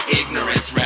ignorance